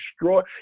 destroy